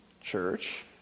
church